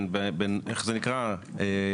אין באמת פה איזושהי עסקה אמיתית.